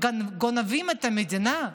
גונבים את המדינה,